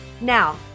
Now